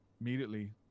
immediately